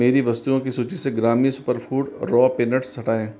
मेरी वस्तुओं की सूची से ग्रामी सुपरफूड रॉ पीनट्स हटाएँ